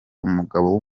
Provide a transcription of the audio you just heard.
umugabo